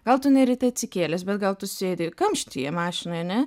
gal tu ne ryte atsikėlęs bet gal tu sėdi kamštyje mašinoj ane